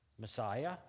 Messiah